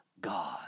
God